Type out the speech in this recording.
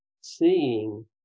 seeing